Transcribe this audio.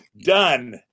done